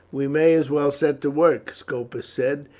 we may as well set to work, scopus said.